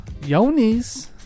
Yonis